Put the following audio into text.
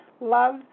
love